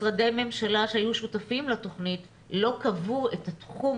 משרדי ממשלה שהיו שותפים לתכנית לא קבעו את התחום